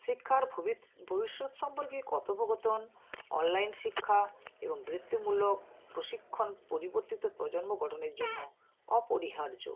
শিক্ষার ভবিষ্যত সম্পর্কে কথোপকথন অনলাইন শিক্ষা এবং বৃত্তিমূলক প্রশিক্ষণ পরিবর্তিত প্রজন্ম গঠনের জন্য অপরিহার্য